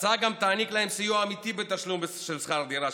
ההצעה גם תעניק להם סיוע אמיתי בתשלום שכר דירה,